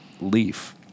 leaf